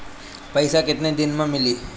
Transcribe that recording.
पैसा केतना दिन में मिली?